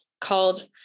called